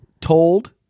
told